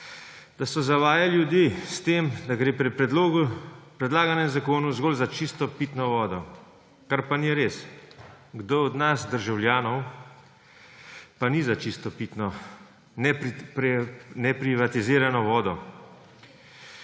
vodah zavajali ljudi s tem, da gre pri predlaganem zakonu zgolj za čisto pitno vodo, kar pa ni res. Kdo od nas državljanov pa ni za čisto, pitno, neprivatizirano vodo?